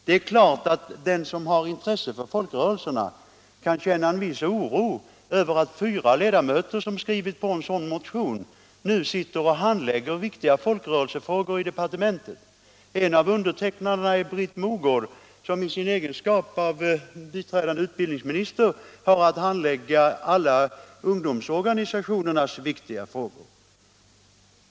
Det är klart att den som har intresse för folkrörelserna känner en viss oro över att fyra ledamöter som skrivit på en sådan motion nu handlägger viktiga folkrörelsefrågor i departementen. En av undertecknarna är Britt Mogård, som i sin egenskap av biträdande utbildningsminister har att handlägga alla ungdomsorganisationernas viktiga frågor.